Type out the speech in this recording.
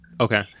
Okay